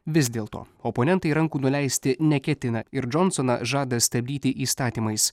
vis dėlto oponentai rankų nuleisti neketina ir džonsoną žada stabdyti įstatymais